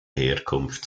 herkunft